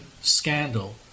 scandal